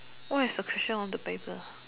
what is the question on the paper